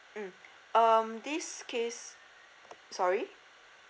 mm um this case sorry